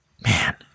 man